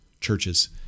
churches